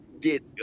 Get